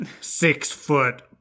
six-foot